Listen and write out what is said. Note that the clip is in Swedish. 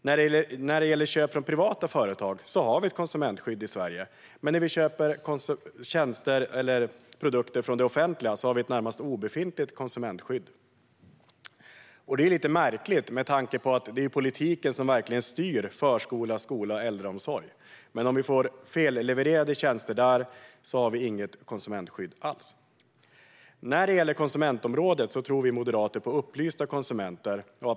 När det gäller köp från privata företag har vi ett konsumentskydd i Sverige, men när vi köper tjänster eller produkter av det offentliga har vi ett närmast obefintligt konsumentskydd. Det är lite märkligt med tanke på att det är politiken som styr förskola, skola och äldreomsorg att om vi får fellevererade tjänster där har vi inget konsumentskydd alls. När det gäller konsumentområdet tror vi moderater på upplysta konsumenter.